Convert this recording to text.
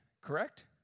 correct